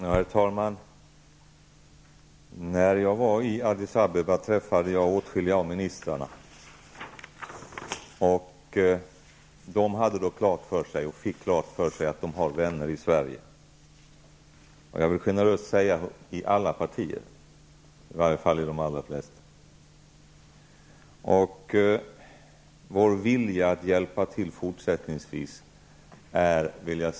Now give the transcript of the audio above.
Herr talman! När jag var i Addis Abeba träffade jag åtskilliga av ministrarna. De fick då klart för sig att de har vänner i Sverige. De finns i alla partier, i varje fall i de allra flesta. Vår vilja att hjälpa till fortsättningsvis är mycket stark.